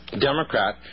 Democrat